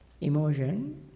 emotion